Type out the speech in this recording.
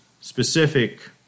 specific